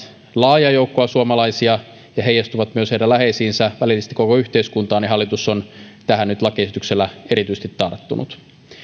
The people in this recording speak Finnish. laajaa joukkoa suomalaisia ja heijastuvat myös heidän läheisiinsä välillisesti koko yhteiskuntaan hallitus on nyt lakiesityksellä tarttunut erityisesti tähän